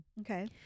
Okay